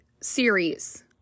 series